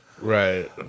Right